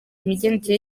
imigendekere